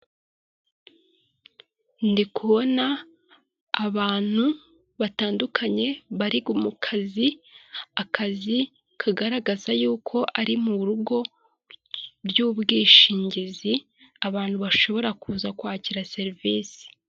Ndikubona abantu batandukanye bari mu kazi akazi. Akazi kagaragaza y'uko ari m'urugo by'ubwishingizi abantu bashobora kuza kwakira serivisi.